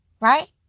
right